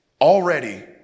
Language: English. already